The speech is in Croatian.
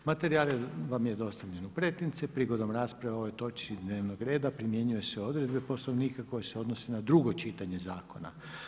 Materijal vam je dostavljen u pretince, prigodom rasprave o ovoj točci dnevnog reda primjenjuju se odredbe Poslovnika koje se odnose na drugo čitanje zakona.